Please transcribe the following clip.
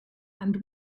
and